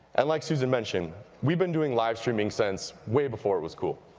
and like susan mentioned we've been doing live streaming since way before it was cool.